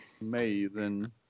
Amazing